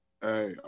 Hey